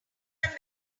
are